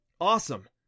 Awesome